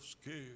scared